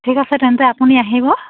ঠিক আছে তেন্তে আপুনি আহিব